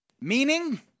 Meaning